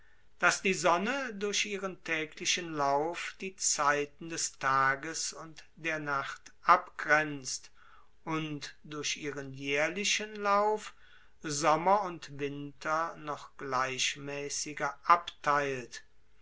daß die sonne durch ihren täglichen lauf die zeiten des tages und der nacht abgrenzt und durch ihren jährlichen sommer und winter noch gleichmäßiger abtheilt